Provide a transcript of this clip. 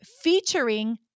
featuring